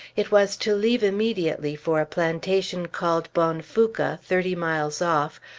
it was to leave immediately for a plantation called bonfouca, thirty miles off,